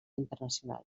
internacional